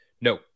No